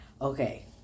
Okay